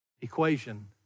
equation